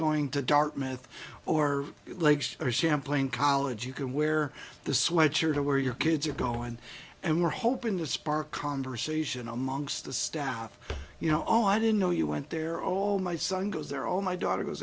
going to dartmouth or legs or sampling college you can wear the sledger to where your kids are going and were hoping to spark conversation amongst the staff you know oh i didn't know you went there all my son goes there all my daughter goes